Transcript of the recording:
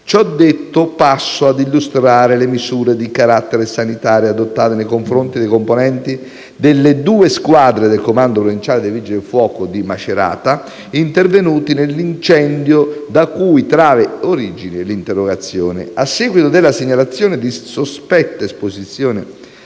Ciò detto, passo ad illustrare le misure di carattere sanitario adottate nei confronti dei componenti delle due squadre del comando provinciale dei vigili del fuoco di Macerata intervenuti nell'incendio da cui trae origine l'interrogazione. A seguito della segnalazione di sospetta esposizione